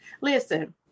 listen